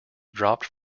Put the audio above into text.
dropped